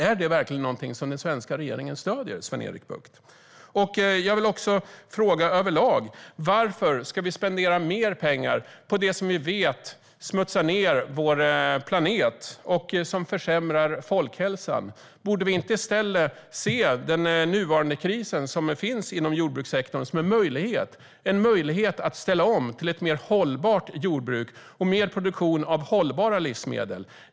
Är det verkligen någonting som den svenska regeringen stöder, Sven-Erik Bucht? Jag vill också fråga överlag: Varför ska vi spendera mer pengar på det som vi vet smutsar ned vår planet och försämrar folkhälsan? Borde vi inte i stället se den nuvarande kris som finns inom jordbrukssektorn som en möjlighet - en möjlighet att ställa om till ett mer hållbart jordbruk och mer produktion av hållbara livsmedel?